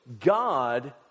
God